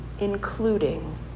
including